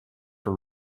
for